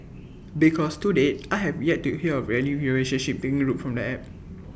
because to date I have yet to hear of any relationship taking root from the app